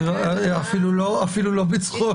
אפילו לא בצחוק.